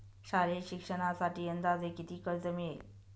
शालेय शिक्षणासाठी अंदाजे किती कर्ज मिळेल?